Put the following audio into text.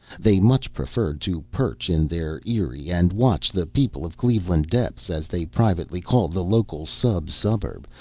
they much preferred to perch in their eyrie and watch the people of cleveland depths, as they privately called the local sub-suburb,